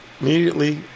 immediately